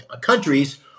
countries